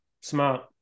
smart